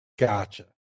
Gotcha